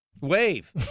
wave